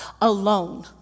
alone